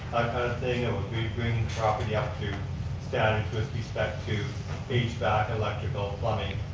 the property up to status with respect to hvac, electrical, plumbing.